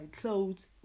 clothes